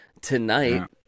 tonight